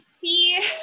see